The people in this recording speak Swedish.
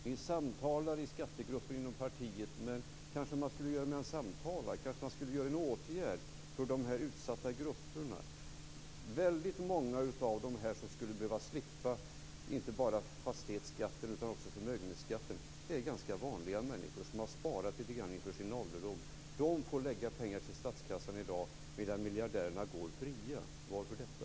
Ni samtalar i skattegrupper inom partiet, men ni kanske skulle göra något mer än att samtala, ni kanske skulle vidta någon åtgärd för dessa utsatta grupper. Väldigt många av dem som skulle behöva slippa inte bara fastighetsskatten utan också förmögenhetsskatten är ganska vanliga människor som har sparat lite grann inför sin ålderdom. Dessa människor får lägga pengar i statskassan i dag, medan miljardärerna går fria. Varför detta?